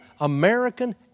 American